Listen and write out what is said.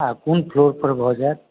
आ कोन फ्लोर पर भऽ जायत